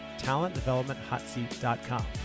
talentdevelopmenthotseat.com